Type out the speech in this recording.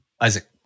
Isaac